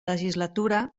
legislatura